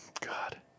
God